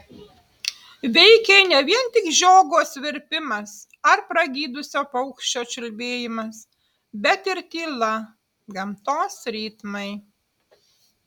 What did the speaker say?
veikė ne vien tik žiogo svirpimas ar pragydusio paukščio čiulbėjimas bet ir tyla gamtos ritmai